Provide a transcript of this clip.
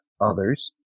others